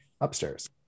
upstairs